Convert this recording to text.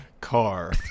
car